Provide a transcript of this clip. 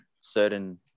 certain